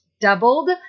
doubled